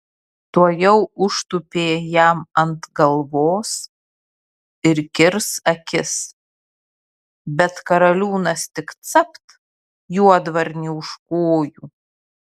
tuojau užtūpė jam ant galvos ir kirs akis bet karaliūnas tik capt juodvarnį už kojų